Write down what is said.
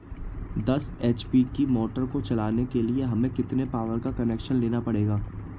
दस एच.पी की मोटर को चलाने के लिए हमें कितने पावर का कनेक्शन लेना पड़ेगा?